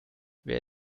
wer